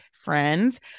friends